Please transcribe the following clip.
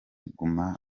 guma